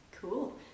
Cool